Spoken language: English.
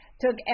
took